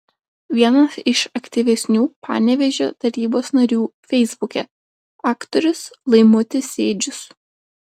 vienas iš aktyvesnių panevėžio tarybos narių feisbuke aktorius laimutis sėdžius